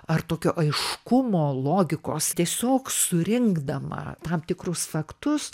ar tokio aiškumo logikos tiesiog surinkdama tam tikrus faktus